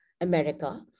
America